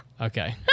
Okay